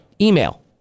email